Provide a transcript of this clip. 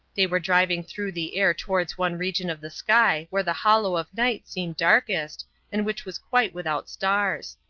they were driving through the air towards one region of the sky where the hollow of night seemed darkest and which was quite without stars.